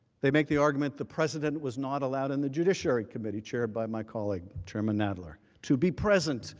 they make the argument the president was not allowed in the judiciary committee chair by my colleague, chairman nadler. to be present,